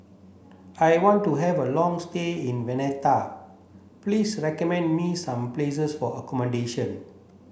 I want to have a long stay in Valletta please recommend me some places for accommodation